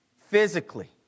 physically